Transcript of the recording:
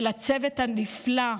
ולצוות הנפלא,